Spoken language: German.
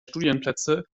studienplätze